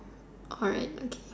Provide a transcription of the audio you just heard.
alright okay